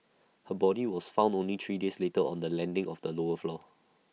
her body was found only three days later on the landing of the lower floor